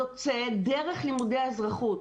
החינוך יוצא דרך לימודי האזרחות.